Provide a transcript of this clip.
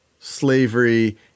slavery